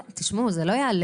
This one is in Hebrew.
כן, תשמעו, זה לא ייעלם.